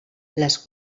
les